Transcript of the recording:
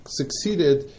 succeeded